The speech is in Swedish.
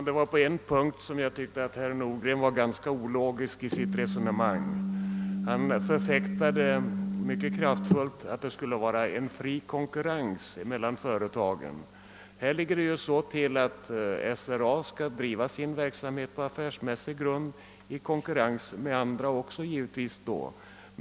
Herr talman! Jag tycker att herr Nordgren på en punkt var ganska ologisk i sitt resonemang. Han förfäktade kraftfullt åsikten att det skulle vara fri konkurrens mellan företagen. Här ligger det ju så till att SRA skall driva sin verksamhet på affärsmässig grund — givetvis i konkurrens med andra företag.